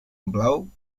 blau